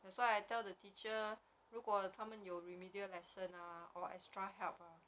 that's why I tell the teacher 如果他们有 remedial lesson ah or extra help ah